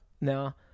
Now